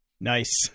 Nice